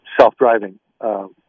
self-driving